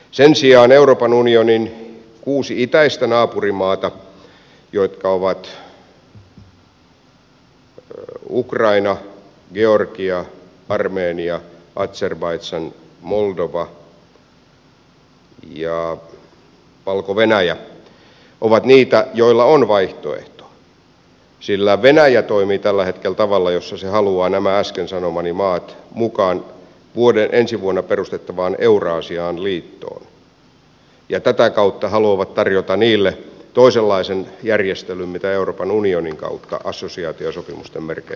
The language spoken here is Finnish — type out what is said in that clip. sen sijaan euroopan unionin kuusi itäistä naapurimaata jotka ovat ukraina georgia armenia azerbaidan moldova ja valko venäjä ovat niitä joilla on vaihtoehto sillä venäjä toimii tällä hetkellä tavalla jossa se haluaa nämä äsken sanomani maat mukaan ensi vuonna perustettavaan euraasian liittoon ja tätä kautta haluaa tarjota niille toisenlaisen järjestelyn kuin euroopan unionin kautta assosiaatiosopimusten merkeissä halutaan